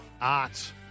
art